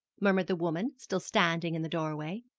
murmured the woman, still standing in the doorway.